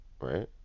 right